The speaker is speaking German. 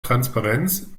transparenz